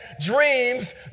dreams